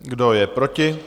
Kdo je proti?